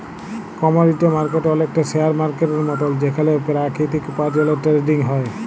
commodity market অলেকটা share মার্কেটের মতল যেখালে পেরাকিতিক উপার্জলের টেরেডিং হ্যয়